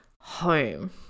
home